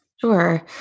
Sure